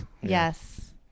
yes